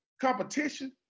Competition